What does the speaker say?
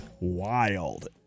wild